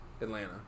Atlanta